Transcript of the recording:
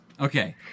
Okay